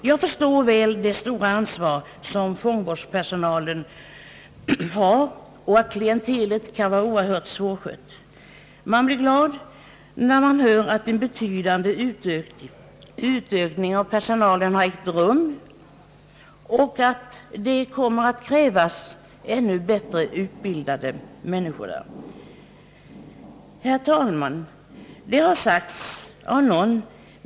Jag förstår väl det stora ansvar som fångvårdspersonalen har och att klientelet kan vara oerhört svårskött. Man blir glad när man hör att en betydande utökning av personalen har ägt rum och att det kommer att krävas folk med ännu bättre utbildning på detta område. Herr talman!